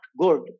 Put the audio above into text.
good